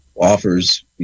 offers